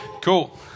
Cool